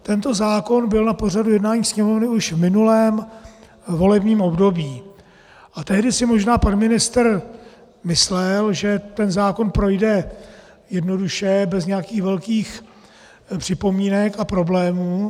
Tento zákon byl na pořadu jednání Sněmovny už v minulém volebním období a tehdy si možná pan ministr myslel, že ten zákon projde jednoduše, bez nějakých velkých připomínek a problémů.